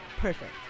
Perfect